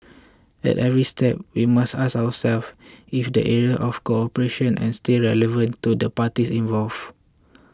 at every step we must ask ourselves if the areas of cooperation is still relevant to the parties involved